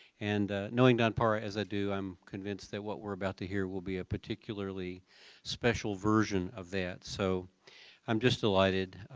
and knowing don para as i do, i'm convinced that what we're about to hear will be a particularly special version of that. so i'm just delighted.